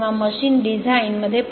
किंवा machine design मध्ये